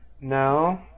No